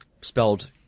spelled